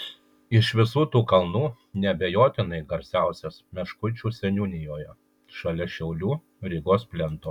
iš visų tų kalnų neabejotinai garsiausias meškuičių seniūnijoje šalia šiaulių rygos plento